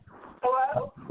Hello